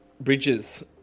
bridges